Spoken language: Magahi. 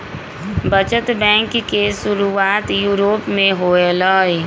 बचत बैंक के शुरुआत यूरोप में होलय